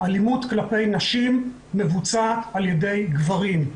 אלימות כלפי נשים מבוצעת על ידי גברים,